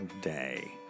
day